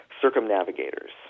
circumnavigators